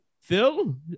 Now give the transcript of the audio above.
Phil